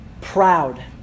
proud